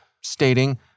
stating